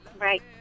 Right